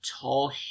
tall